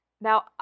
Now